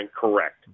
correct